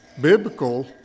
biblical